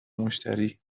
مشتری